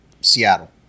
Seattle